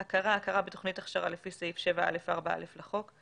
"הכרה" הכרה בתוכנית הכשרה לפי סעיף 7(א)(4)(א) לחוק,